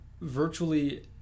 virtually